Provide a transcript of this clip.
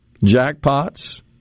jackpots